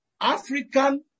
African